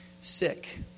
sick